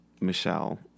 Michelle